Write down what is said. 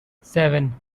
seven